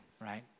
right